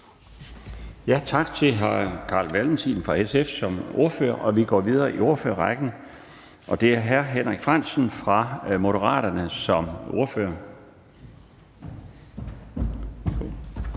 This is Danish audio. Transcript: Tak til hr. Carl Valentin fra SF som ordfører. Vi går videre i ordførerrækken, og det er hr. Henrik Frandsen fra Moderaterne som ordfører.